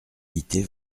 quitter